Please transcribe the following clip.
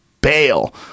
bail